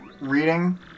reading